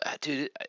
dude